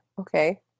Okay